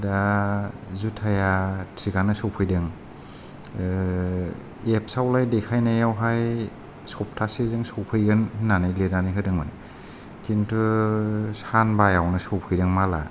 दा जुथाया थिगआनो सफैदों एफसआवलाय देखायनायाव हाय सप्थासेजों सफैगोन होननानै लिरनानै होदोंमोन खिन्थु सानबा यावनो सफैदों माला